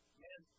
man